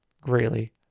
greatly